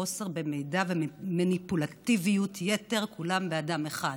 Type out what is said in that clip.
חוסר במידע ומניפולטיביות-יתר, כולם באדם אחד.